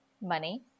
money